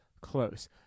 close